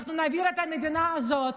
אנחנו נבעיר את המדינה הזאת,